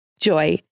JOY